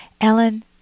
Ellen